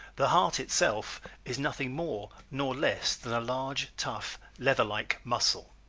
the heart itself is nothing more nor less than a large, tough, leather-like muscle.